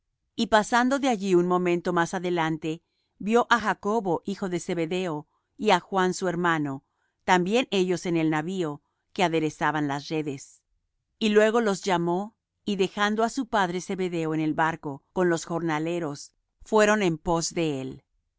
y pasando de allí un poco más adelante vió á jacobo hijo de zebedeo y á juan su hermano también ellos en el navío que aderezaban las redes y luego los llamó y dejando á su padre zebedeo en el barco con los jornaleros fueron en pos de él